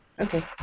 Okay